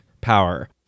power